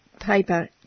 paper